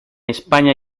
españa